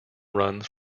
runs